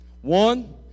one